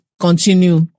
continue